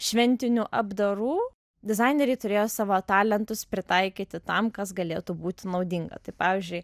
šventinių apdarų dizaineriai turėjo savo talentus pritaikyti tam kas galėtų būti naudinga tai pavyzdžiui